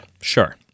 sure